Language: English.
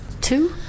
Two